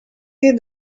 her